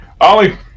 Ollie